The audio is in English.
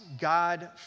God